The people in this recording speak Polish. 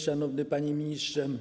Szanowny Panie Ministrze!